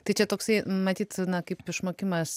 tai čia toksai matyt na kaip išmokimas